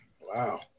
Wow